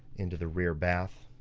into the rear bath.